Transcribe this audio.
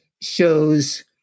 shows